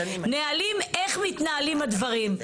נהלים איך מתנהלים הדברים.